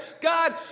God